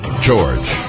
George